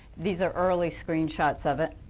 these are early screen shots of it.